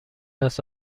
است